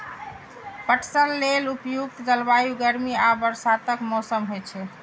पटसन लेल उपयुक्त जलवायु गर्मी आ बरसातक मौसम होइ छै